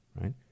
right